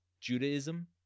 Judaism